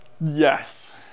Yes